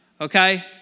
okay